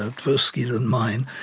ah tversky's and mine,